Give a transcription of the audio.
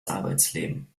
arbeitsleben